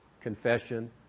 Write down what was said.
confession